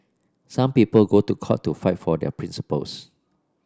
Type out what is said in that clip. some people go to court to fight for their principles